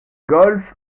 golf